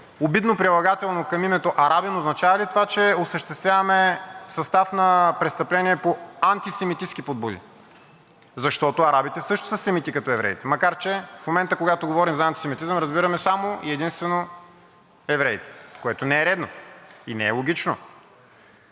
обидно прилагателно към името арабин, означава ли това, че осъществяваме състав на престъпление по антисемитистки подбуди? Защото арабите също са семити като евреите, макар че в момента, когато говорим за антисемитизъм, разбираме само и единствено евреите, което не е редно и не е логично.